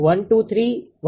012318∠5° આવી રહ્યું છે